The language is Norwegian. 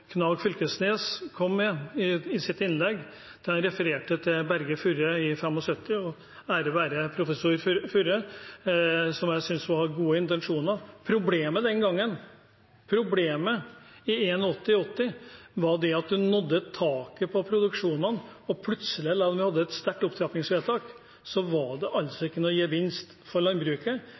Knag Fylkesnes kom med i sitt innlegg, da han refererte til Berge Furre i 1975, og ære være professor Furre, som jeg synes hadde gode intensjoner. Problemet den gangen, problemet i 1980 og 1981, var at det nådde taket på produksjonene, og plutselig, selv om vi hadde et sterkt opptrappingsvedtak, var det altså ikke noen gevinst for landbruket,